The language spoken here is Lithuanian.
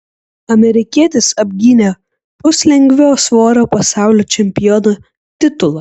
amerikietis apgynė puslengvio svorio pasaulio čempiono titulą